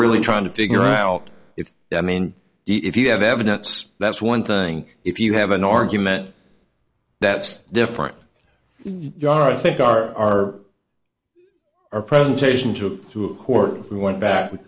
really trying to figure out if i mean if you have evidence that's one thing if you have an argument that's different you are i think are our presentation to a to a court we went back